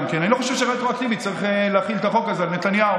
אני לא חושב שרטרואקטיבית צריך להחיל את החוק הזה על נתניהו.